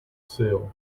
sell